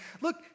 look